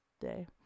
Day